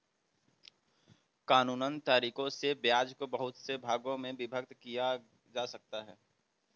कानूनन तरीकों से ब्याज को बहुत से भागों में विभक्त किया जा सकता है